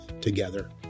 together